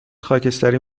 خاکستری